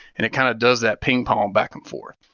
and it kind of does that ping-pong back and forth.